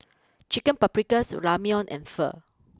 Chicken Paprikas Ramyeon and Pho